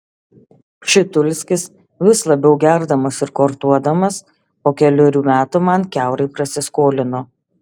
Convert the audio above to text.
pšitulskis vis labiau gerdamas ir kortuodamas po kelerių metų man kiaurai prasiskolino